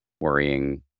worrying